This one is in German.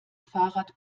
fahrrad